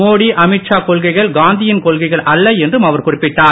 மோடி அமித்ஷா கொள்கைகள் காந்தியின் கொள்கைகள் அல்ல என்றும் அவர் குறிப்பிட்டார்